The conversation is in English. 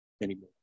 anymore